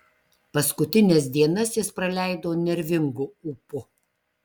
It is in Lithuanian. paskutines dienas jis praleido nervingu ūpu